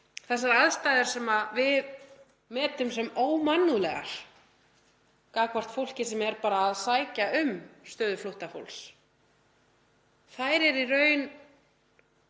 að þær aðstæður sem við metum sem ómannúðlegar gagnvart fólki sem er að sækja um stöðu flóttafólks eru í raun